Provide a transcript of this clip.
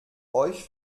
euch